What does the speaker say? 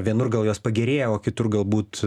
vienur gal jos pagerėja o kitur galbūt